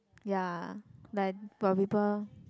ya like got people